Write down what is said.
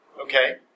okay